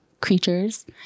creatures